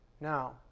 Now